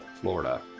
Florida